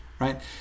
right